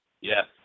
Yes